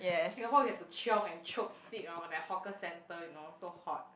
Singapore you have to chiong and chope seat hor at the hawker centre you know so hot